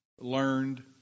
learned